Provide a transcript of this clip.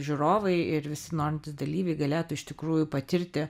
žiūrovai ir visi norintys dalyviai galėtų iš tikrųjų patirti